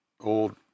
old